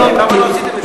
למה לא עשיתם את זה?